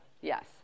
Yes